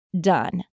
done